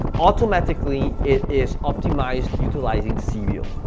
automatically, it is optimized utilizing c b o.